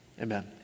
Amen